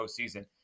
postseason